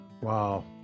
Wow